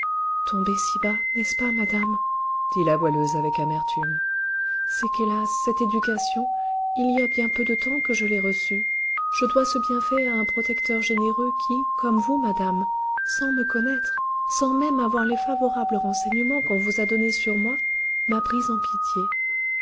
tomber si bas n'est-ce pas madame dit la goualeuse avec amertume c'est qu'hélas cette éducation il y a bien peu de temps que je l'ai reçue je dois ce bienfait à un protecteur généreux qui comme vous madame sans me connaître sans même avoir les favorables renseignements qu'on vous a donnés sur moi m'a prise en pitié